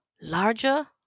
larger